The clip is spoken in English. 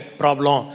problem